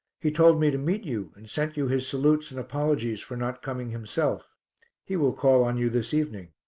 he told me to meet you and sent you his salutes and apologies for not coming himself he will call on you this evening.